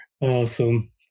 awesome